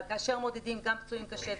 אבל כאשר מודדים גם פצועים קשה,